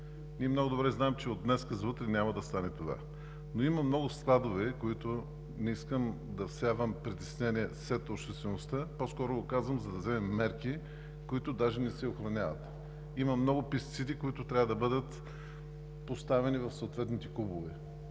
Много добре знаем, че от днес за утре няма да стане това. Но има много складове – не искам да всявам притеснение сред обществеността, по-скоро го казвам, за да вземем мерки – които даже не се охраняват. Има много пестициди, които трябва да бъдат поставени в съответните кубове.